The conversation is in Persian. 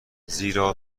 زیرا